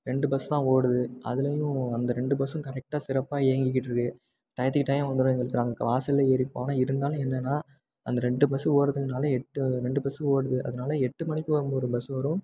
ரெண்டு பஸ் தான் ஓடுது அதுலேயும் அந்த ரெண்டு பஸ்சும் கரெக்ட்டாக சிறப்பாக இயங்கிக்கிட்டு இருக்குது டயத்துக்கு டயம் வந்துடும் எங்களுக்கு நாங்கள் வாசலில் ஏறிப்போம் ஆனால் இருந்தாலும் என்னெனா அந்த ரெண்டு ஓடுதுனால் எட்டு ரெண்டு பஸ்சு ஓடுது அதனால எட்டு மணிக்கு ஒரு பஸ் வரும்